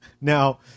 Now